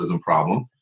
problem